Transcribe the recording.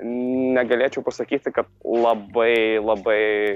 negalėčiau pasakyti kad labai labai